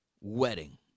wedding